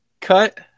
cut